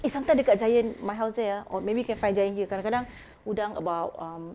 eh sometimes dekat Giant my house there ah or maybe you can find Giant here kadang-kadang udang about um